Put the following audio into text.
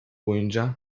boyunca